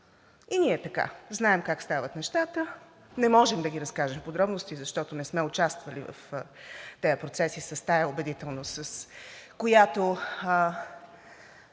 И ние така – знаем как стават нещата, не можем да ги разкажем в подробности, защото не сме участвали в тези процеси, с тази убедителност, с която